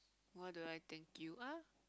what do I think you are